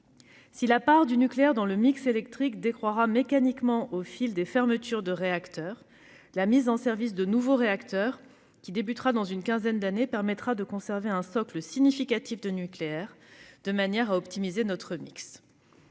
Si la part du nucléaire dans le mix électrique décroîtra mécaniquement au fil des fermetures des réacteurs, la mise en service de nouveaux réacteurs, débutant dans une quinzaine d'années, permettra de conserver un socle significatif de nucléaire de manière à optimiser notre mix.